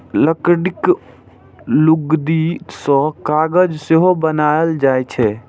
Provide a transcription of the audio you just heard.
लकड़ीक लुगदी सं कागज सेहो बनाएल जाइ छै